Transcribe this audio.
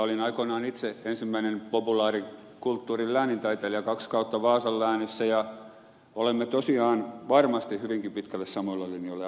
olin aikoinaan itse ensimmäinen populaarikulttuurin läänintaiteilija kaksi kautta vaasan läänissä ja olemme tosiaan varmasti hyvinkin pitkälle samoilla linjoilla